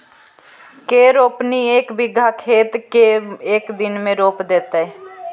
के रोपनी एक बिघा खेत के एक दिन में रोप देतै?